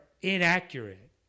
inaccurate